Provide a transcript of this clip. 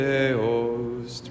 Deus